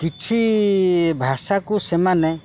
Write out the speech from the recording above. କିଛି ଭାଷାକୁ ସେମାନେ